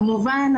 כמובן,